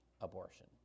abortion